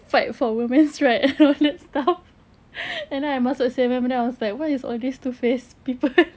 fight for women's right and all that stuff and then I masuk C_N_N then I was like what is all these two faced people